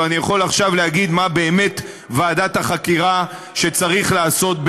ואני יכול עכשיו להגיד מה באמת ועדת החקירה שצריך לעשות,